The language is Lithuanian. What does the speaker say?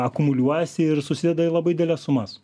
akumuliuojasi ir susideda į labai dideles sumas